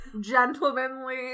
Gentlemanly